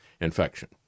infection